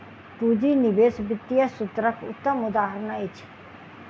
पूंजी निवेश वित्तीय सूत्रक उत्तम उदहारण अछि